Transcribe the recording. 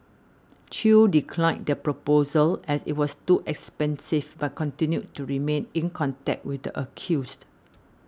Chew declined the proposal as it was too expensive but continued to remain in contact with the accused